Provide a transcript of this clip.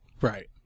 right